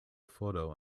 photo